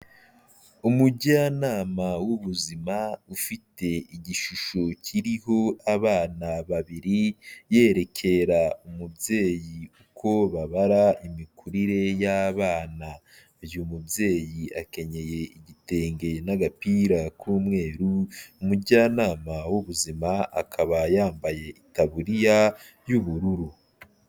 Umujyanama w'ubuzima ufite igishusho kiriho abana babiri, yerekera umubyeyi uko babara imikurire y'abana, uyu mubyeyi akenyeye igitenge n'agapira k'umweru, umujyanama w'ubuzima akaba yambaye itaburiya y'ubururu.